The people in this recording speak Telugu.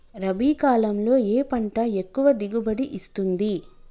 రబీ కాలంలో ఏ పంట ఎక్కువ దిగుబడి ఇస్తుంది?